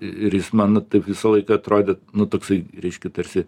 ir jis man taip visą laiką atrodė nu toksai reiškia tarsi